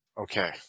Okay